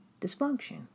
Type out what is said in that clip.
dysfunction